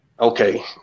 okay